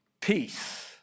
Peace